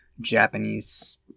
Japanese